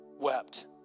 wept